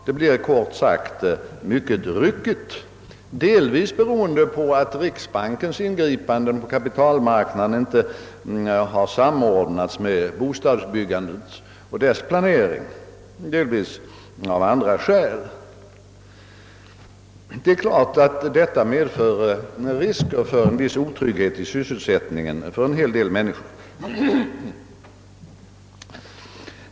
Det blir, kort sagt, mycket ryckigt, delvis beroende på att riksbankens ingripanden på kapitalmarknaden inte har samordnats med bostadsbyggandet och dess planering, delvis av andra skäl. Det är klart att detta medför risker för en viss otrygghet i sysselsättningen för en hel del människor.